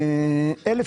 להגיד.